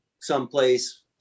someplace